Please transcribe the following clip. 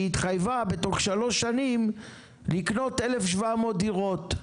שהיא התחייבה בתוך שלוש שנים לקנות 1,700 דירות,